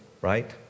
right